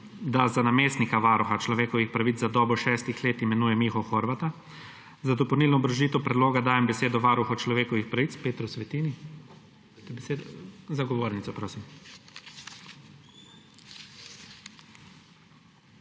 da za namestnika aruha človekovih pravic za dobo šestih let imenuje Miho Horvata. Za dopolnilno obrazložitev predloga dajem besedo varuhu človekovih pravih Petru Svetini. PETER